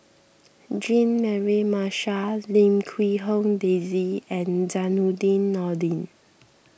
Jean Mary Marshall Lim Quee Hong Daisy and Zainudin Nordin